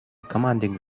commanding